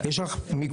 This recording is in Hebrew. יש לך מיקרופון,